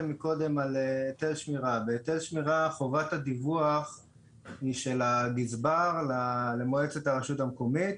בהיטל שמירה חובת הדיווח היא של הגזבר למועצת הרשות המקומית,